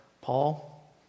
Paul